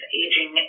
aging